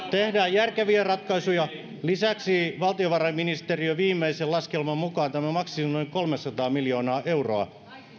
järkeviä ratkaisuja lisäksi valtiovarainministeriön viimeisen laskelman mukaan tämä maksaisi noin kolmesataa miljoonaa euroa